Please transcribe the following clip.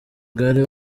bwari